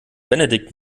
benedikt